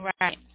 Right